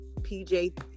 PJ